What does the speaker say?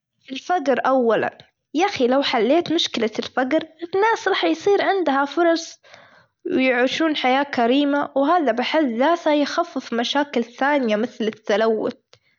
الفقر اولًا يا أخي لو حليت مشكلة الفجر الناس راح يثير عندها فرص ويعيشون حياة كريمة وهذا بحد ذاته يخفف مشاكل ثانية مثل التلوث.